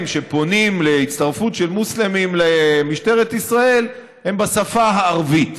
שפונים להצטרפות של מוסלמים למשטרת ישראל הם בשפה הערבית.